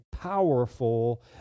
powerful